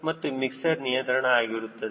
ಇದು ಮಿಕ್ಸ್ಚರ್ ನಿಯಂತ್ರಣ ಆಗಿರುತ್ತದೆ